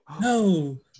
No